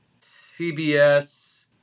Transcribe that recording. CBS